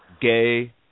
Gay